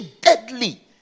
Deadly